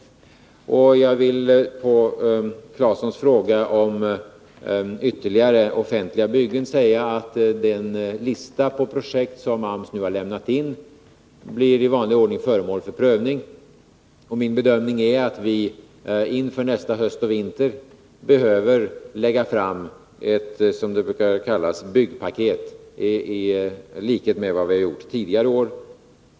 Jag vill på herr Claesons fråga om ytterligare offentliga byggen säga att den lista på projekt som AMS nu har lämnat in blir föremål för prövning i vanlig ordning. Min bedömning är att vi inför nästa höst och vinter behöver lägga fram ett s.k. byggpaket i likhet med vad vi gjort tidigare år.